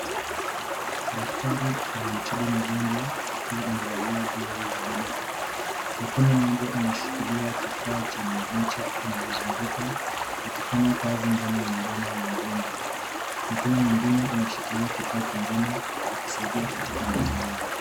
Daktari anamtibu mgonjwa akiwa amevalia glovu za buluu. Mkono moja unashikilia kifaa chenye ncha inayozunguka akifanya kazi ndani ya mdomo wa mgonjwa. Mkono mwingine unashikilia kifaa kingine ukisaidia katika matibabu.